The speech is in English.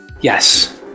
Yes